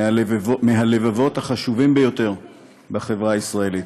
הלבבות החשובים ביותר בחברה הישראלית.